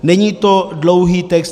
Není to dlouhý text.